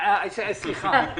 סליחה.